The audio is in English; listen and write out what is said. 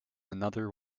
another